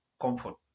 comfort